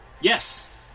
Yes